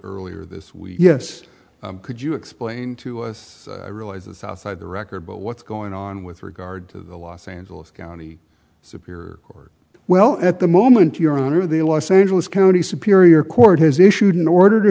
earlier this week yes could you explain to us i realize the south side the record but what's going on with regard to the los angeles county superior court well at the moment your honor the los angeles county superior court has issued an order to